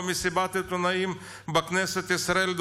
במסיבת עיתונאים בכנסת ישראל,